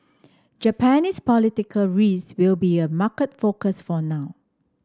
Japanese political will be a market focus for now